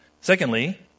Secondly